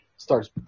starts